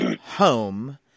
home –